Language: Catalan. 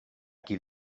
qui